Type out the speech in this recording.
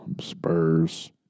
Spurs